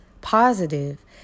positive